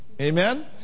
Amen